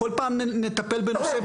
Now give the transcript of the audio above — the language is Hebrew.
כל פעם נטפל בנושא,